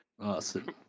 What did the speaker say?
Awesome